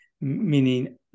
meaning